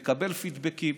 מקבל פידבקים,